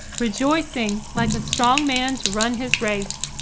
rejoicing like a strong man to run his race.